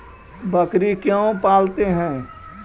बकरी क्यों पालते है?